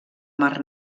mar